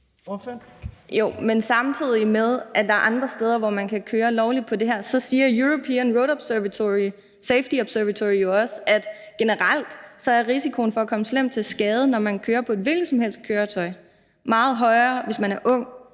samtidig med at der er andre steder, hvor man kan køre lovligt på de her, så siger European Road Safety Observatory jo også, at risikoen for at komme slemt til skade, når man kører på et hvilket som helst køretøj, generelt er meget højere, hvis man er ung,